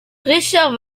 richard